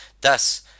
Thus